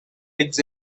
eggs